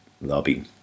lobby